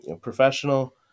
professional